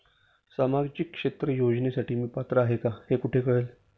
सामाजिक क्षेत्र योजनेसाठी मी पात्र आहे का हे कुठे कळेल?